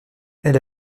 elle